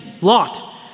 Lot